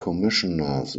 commissioners